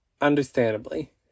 Understandably